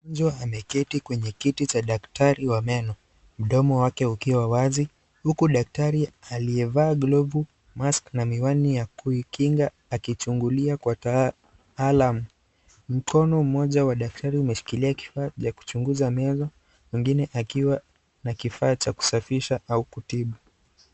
Mgonjwa ameketi kwenye kiti cha daktari wa meno, mdomo wake ukiwa wazi huku daktari aliyevaa glovu, mask na miwani ya kuikinga akuchungulia kwa taalam mkono, mmoja wa daktari umeshikilia kifaa cha kuchunguza meno, mwingine akiwa na kifaa cha kusafisha au kutibu.